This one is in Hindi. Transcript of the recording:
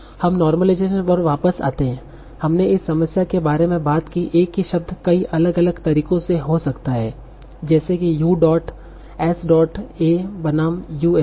हम नॉर्मलाइजेशन पर वापस आते हैं हमने इस समस्या के बारे में बात की एक ही शब्द कई अलग अलग तरीके से हो सकता है जैसे कि U dot S dot A बनाम यूएसए